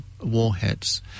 warheads